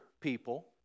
people